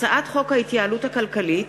הצעת חוק ההתייעלות הכלכלית